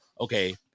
okay